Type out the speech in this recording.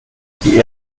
die